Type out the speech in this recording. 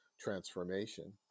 transformation